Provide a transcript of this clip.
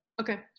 Okay